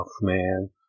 man